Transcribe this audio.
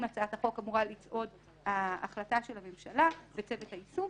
הצעת החוק אמורה לצעוד ההחלטה של הממשלה וצוות היישום,